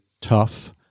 tough